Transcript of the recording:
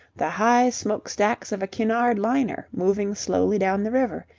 the high smoke-stacks of a cunard liner moving slowly down the river,